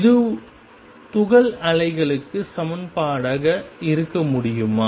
இது துகள் அலைகளுக்கு சமன்பாடாக இருக்க முடியுமா